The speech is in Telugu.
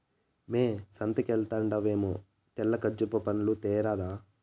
మ్మే సంతకెల్తండావేమో తెల్ల కర్బూజా పండ్లు తేరాదా